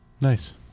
Nice